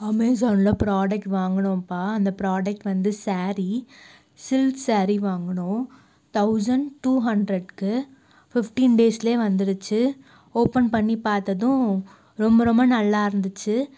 அமேசானில் ப்ராடக்ட் வாங்கினோம்ப்பா அந்த ப்பிராடக்ட் வந்து சேரி சில்க் சேரி வாங்கினோம் தெளசண்ட் டூ ஹண்ட்ரட்க்கு ஃபிப்ட்டின் டேஸ்லேயே வந்துடுச்சு ஓப்பன் பண்ணி பார்த்ததும் ரொம்ப ரொம்ப நல்லாயிருந்துச்சி